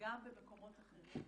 גם במקומות אחרים.